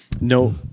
No